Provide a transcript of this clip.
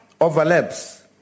overlaps